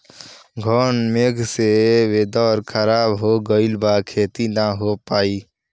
घन मेघ से वेदर ख़राब हो गइल बा खेती न हो पाई